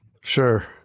Sure